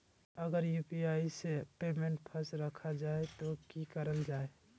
अगर यू.पी.आई से पेमेंट फस रखा जाए तो की करल जाए?